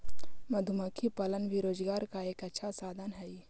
मधुमक्खी पालन भी रोजगार का अच्छा साधन हई